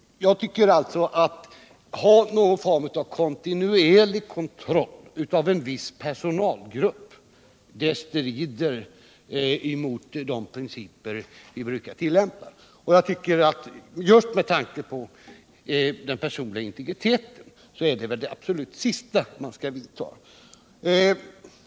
Jag tycker att kontinuerlig kontroll av en viss personalgrupp strider mot de principer som vi brukar tillämpa i vårt land. Just med tanke på den personliga integriteten är visitation det absolut sista man skall vidta.